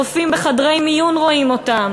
רופאים בחדרי מיון רואים אותם,